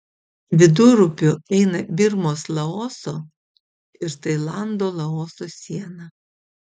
vidurupiu eina birmos laoso ir tailando laoso siena